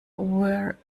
were